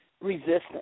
resistance